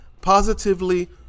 positively